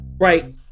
right